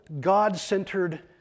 God-centered